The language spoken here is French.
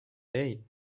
hey